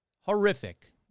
Horrific